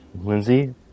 Lindsay